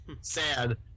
Sad